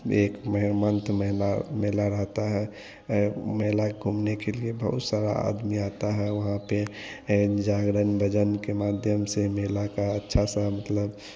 एक मेहेरमंथ महिला मेला रहता है मेला घूमने के लिए बहुत सारा आदमी आता है वहाँ पर जागरण भजन के माध्यम से मेला का अच्छा सा मतलब